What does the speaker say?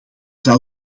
zou